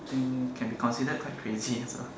think can be considered quite crazy also